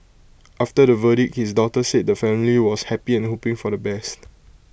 after the verdict his daughter said the family was happy and hoping for the best